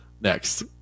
next